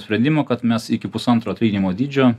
sprendimą kad mes iki pusantro atlyginimo dydžio